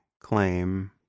claim